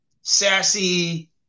sassy